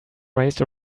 raced